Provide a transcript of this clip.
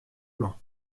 plan